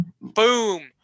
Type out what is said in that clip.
Boom